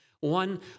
one